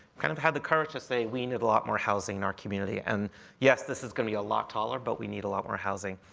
kind of had the courage to say we need a lot more housing in our community. and yes, this is going to be a lot taller, but we need a lot more housing.